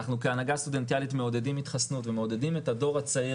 אנחנו כהנהגה סטודנטיאלית מעודדים התחסנות ומעודדים את הדור הצעיר